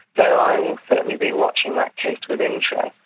so i will certainly be watching that case with interest.